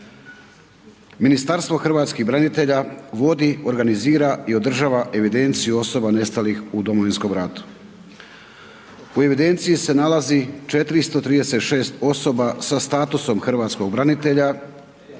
Ministarstvo hrvatskih branitelja vodi, organizira i održava evidenciju osoba nestalih u Domovinskog ratu. U evidenciji se nalazi 436 osoba sa statusom hrvatskog branitelja